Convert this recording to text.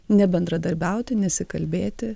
nebendradarbiauti nesikalbėti